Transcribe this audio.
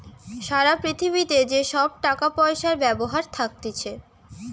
সারা পৃথিবীতে যে সব টাকা পয়সার ব্যবস্থা থাকতিছে